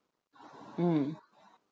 mm